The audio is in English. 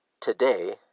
today